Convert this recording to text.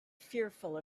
fearful